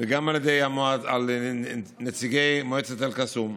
וגם על ידי נציגי מועצת אל-קסום,